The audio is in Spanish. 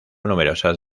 numerosas